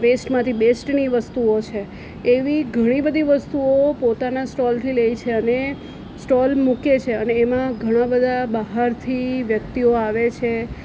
વેસ્ટમાંથી બેસ્ટની વસ્તુઓ છે એવી ઘણી બધી વસ્તુઓ પોતાના સ્ટોલથી લે છે અને સ્ટોલ મૂકે છે અને એમાં ઘણાં બધા બહારથી વ્યક્તિઓ આવે છે